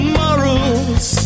morals